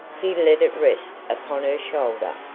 he let it rest upon her shoulder,